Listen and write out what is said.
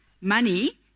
money